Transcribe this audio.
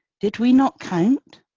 did we not count?